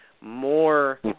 more